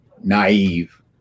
naive